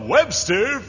Webster